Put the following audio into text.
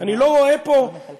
אני לא רואה פה 14,